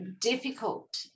difficult